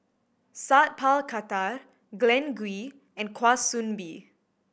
Sat Pal Khattar Glen Goei and Kwa Soon Bee